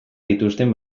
dituzten